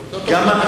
בגין המלחמה,